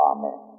Amen